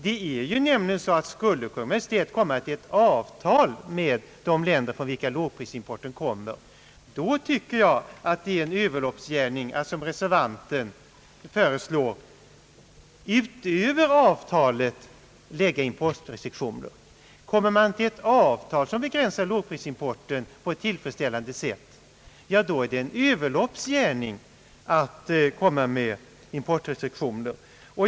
Skulle Kungl. Maj:t kunna åstadkomma ett avtal med de länder, från vilka lågprisimporten kommer, då tycker jag det är en överloppsgärning att som reservanten gör, utöver avtalet föreslå importrestriktioner.